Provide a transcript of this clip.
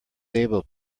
able